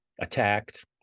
attacked